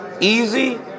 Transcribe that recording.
Easy